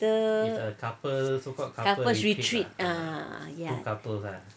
the couples retreat ya